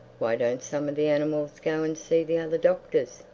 why don't some of the animals go and see the other doctors?